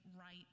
right